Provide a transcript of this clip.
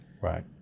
Right